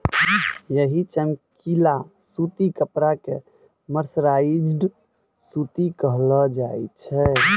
यही चमकीला सूती कपड़ा कॅ मर्सराइज्ड सूती कहलो जाय छै